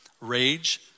rage